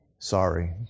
Sorry